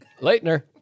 Leitner